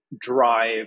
drive